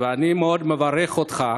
ואני מאוד מברך אותך